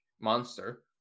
monster